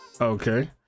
Okay